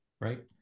right